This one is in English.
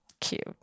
Cute